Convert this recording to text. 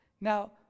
Now